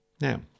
Now